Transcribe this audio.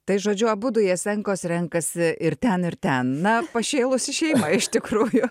tai žodžiu abudu jasenkos renkasi ir ten ir ten na pašėlusi šeima iš tikrųjų